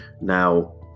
Now